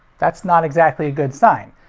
that's not exactly a good sign.